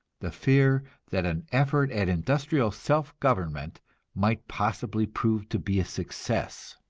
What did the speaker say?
the fear that an effort at industrial self-government might possibly prove to be a success.